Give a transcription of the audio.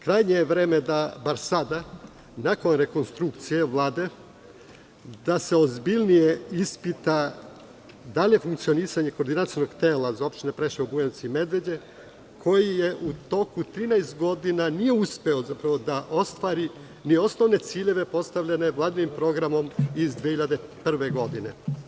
Krajnje je vreme da bar sada, nakon rekonstrukcije Vlade, se ozbiljnije ispita da li je funkcionisanje koordinacionog tela za opštine Preševo, Bujanovac i Medveđu, koji u toku 13 godina nije uspeo da ostvari ni osnovne ciljeve postavljene Vladinim programom iz 2001. godine.